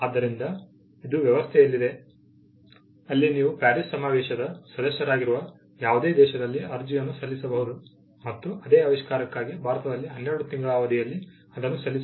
ಆದ್ದರಿಂದ ಇದು ವ್ಯವಸ್ಥೆಯಲ್ಲಿದೆ ಅಲ್ಲಿ ನೀವು ಪ್ಯಾರಿಸ್ ಸಮಾವೇಶದ ಸದಸ್ಯರಾಗಿರುವ ಯಾವುದೇ ದೇಶದಲ್ಲಿ ಅರ್ಜಿಯನ್ನು ಸಲ್ಲಿಸಬಹುದು ಮತ್ತು ಅದೇ ಆವಿಷ್ಕಾರಕ್ಕಾಗಿ ಭಾರತದಲ್ಲಿ 12 ತಿಂಗಳ ಅವಧಿಯಲ್ಲಿ ಅದನ್ನು ಸಲ್ಲಿಸಬಹುದು